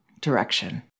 direction